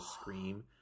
scream